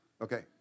Okay